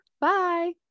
bye